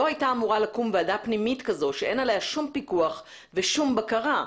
לא הייתה אמורה לקום ועדה פנימית כזו שאין עליה שום פיקוח ושום בקרה.